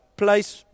place